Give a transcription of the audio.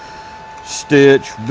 stitch,